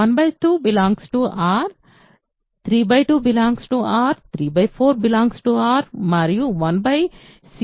1 2 R 3 2 R 3 4 R మరియు 116 R